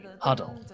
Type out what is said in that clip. huddle